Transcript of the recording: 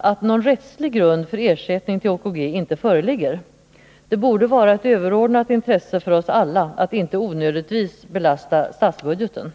att någon rättslig grund för ersättning till OKG inte föreligger. Det borde vara ett överordnat intresse för oss alla att inte onödigtvis belasta statsbudgeten.